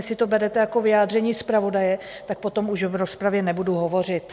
Jestli to berete jako vyjádření zpravodaje, tak potom už v rozpravě nebudu hovořit.